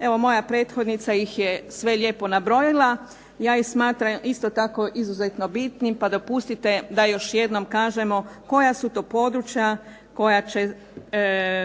Evo, moja prethodnica ih je sve lijepo nabrojila. Ja ih smatram isto tako izuzetno bitnim, pa dopustite da još jednom kažemo koja su to područja koja će